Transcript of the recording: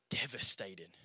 devastated